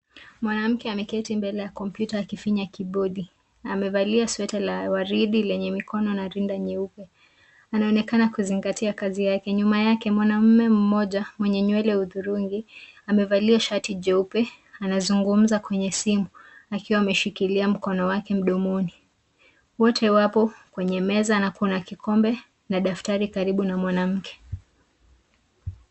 Mwanamke ameketi mbele ya kompyuta akifinya kibodi. Amevalia sweta la waridi lenye mikono na rinda nyeupe. Anaonekana kuzingatia kazi yake. Nyuma yake mwanaume mmoja mwenye nywele hudhurungi amevalia shati jeupe anazungumza kwenye simu akiwa ameshikilia mkono wake mdomoni. Wote wapo kwenye meza na kuna kikombe na daftari karibu na mwanamke.